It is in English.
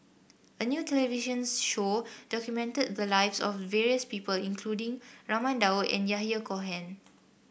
a new television show documented the lives of various people including Raman Daud and Yahya Cohen